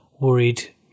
worried